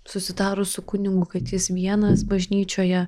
susitarus su kunigu kad jis vienas bažnyčioje